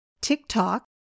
TikTok